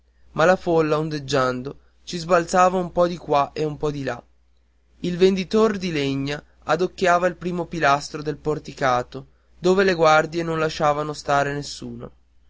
ma la folla ondeggiando ci sbalzava un po di qua e un po di là il venditor di legna adocchiava il primo pilastro del porticato dove le guardie non lasciavano stare nessuno